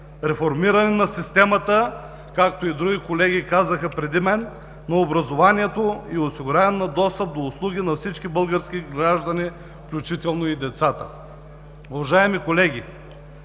реформиране на системата, както и колегите преди мен казаха, на образованието и осигуряване достъп до услуги на всички български граждани, включително и децата. Уважаеми колеги,